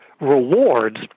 rewards